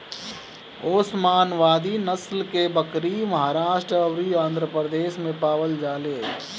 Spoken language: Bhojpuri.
ओस्मानावादी नसल के बकरी महाराष्ट्र अउरी आंध्रप्रदेश में पावल जाले